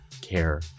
care